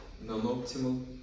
non-optimal